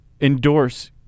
endorse